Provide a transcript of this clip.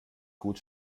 gut